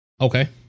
okay